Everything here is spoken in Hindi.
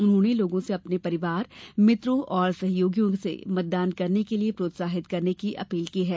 उन्होंने लोगों से अपने परिवार मित्रों और सहयोगियों से मतदान करने के लिए प्रोत्साहित करने की अपील की है